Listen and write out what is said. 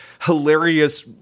hilarious